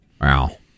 wow